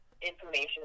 information